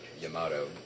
Yamato